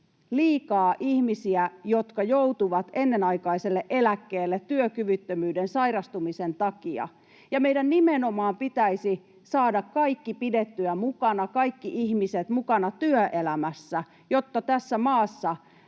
liikaa ihmisiä, jotka joutuvat ennenaikaiselle eläkkeelle työkyvyttömyyden, sairastumisen takia, ja meidän nimenomaan pitäisi saada kaikki pidettyä mukana, kaikki ihmiset mukana työelämässä, jotta tässä maassa